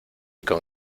con